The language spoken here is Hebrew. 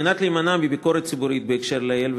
כדי להימנע מביקורת ציבורית בהקשר שלעיל,